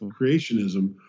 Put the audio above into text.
creationism